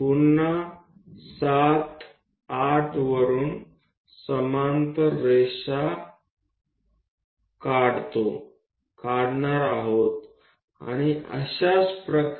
બિંદુ 3 4 5 6 માંથી અને ફરીથી 7 8 માંથી અને તે રીતે